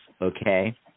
okay